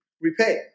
repay